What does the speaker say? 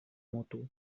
moto